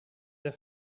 der